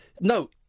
no